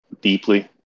deeply